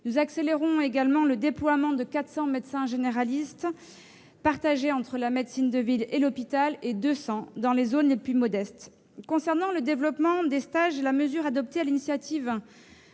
nous accélérons le déploiement de 400 médecins généralistes, partagés entre la médecine de ville et l'hôpital, 200 dans les zones les plus modestes. S'agissant du développement des stages, la mesure a été adoptée, sur l'initiative